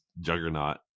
juggernaut